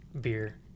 beer